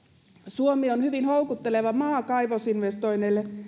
suomi on hyvin houkutteleva maa kaivosinvestoinneille